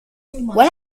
when